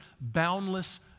boundless